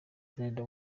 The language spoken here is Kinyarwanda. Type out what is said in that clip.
perezida